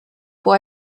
può